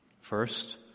First